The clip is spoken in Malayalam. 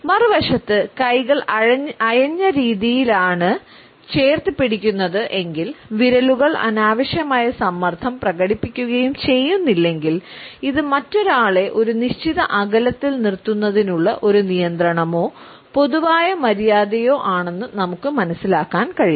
മറുവശത്ത് കൈകൾ അയഞ്ഞ രീതിയിലാണ് ചേർത്തു പിടിക്കുന്നത് എങ്കിൽ വിരലുകൾ അനാവശ്യമായ സമ്മർദ്ദം പ്രകടിപ്പിക്കുകയും ചെയ്യുന്നില്ലെങ്കിൽ ഇത് മറ്റൊരാളെ ഒരു നിശ്ചിത അകലത്തിൽ നിർത്തുന്നതിനുള്ള ഒരു നിയന്ത്രണമോ പൊതുവായ മര്യാദയോ ആണെന്ന് നമുക്ക് മനസിലാക്കാൻ കഴിയും